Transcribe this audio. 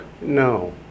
No